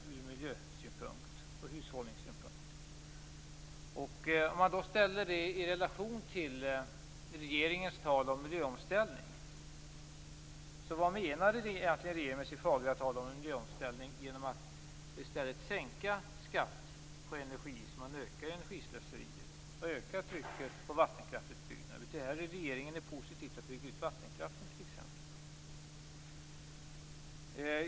Detta kan ställas i relation till regeringens tal om en miljöomställning. Vad menar regeringen med sitt fagra tal om en miljöomställning, när man i stället sänker skatten på energi, vilket gör att energislöseriet och trycket på en vattenkraftsutbyggnad ökar? Betyder det här t.ex. att regeringen är positiv till att bygga ut vattenkraften?